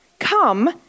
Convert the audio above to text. Come